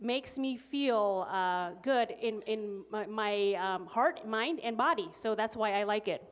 makes me feel good in my heart mind and body so that's why i like it